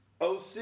OC